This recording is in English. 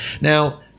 Now